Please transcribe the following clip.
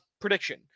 prediction